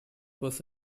was